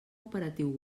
operatiu